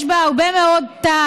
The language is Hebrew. יש בה הרבה מאוד טעם.